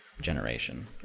generation